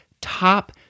top